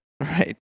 right